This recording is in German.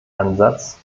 ansatz